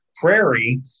prairie